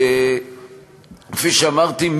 כפי שאמרתי,